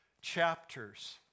chapters